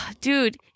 dude